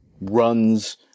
runs